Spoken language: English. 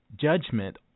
Judgment